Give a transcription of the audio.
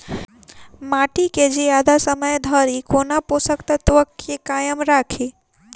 माटि केँ जियादा समय धरि कोना पोसक तत्वक केँ कायम राखि?